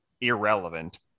irrelevant